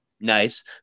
nice